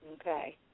Okay